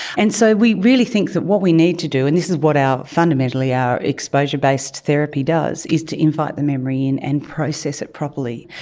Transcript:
and so we really think that what we need to do, and this is what fundamentally our exposure based therapy does is to invite the memory in and process it properly.